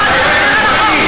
מה אבו מאזן אומר על החוק?